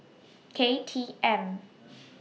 K T M